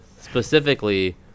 specifically